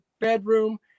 bedroom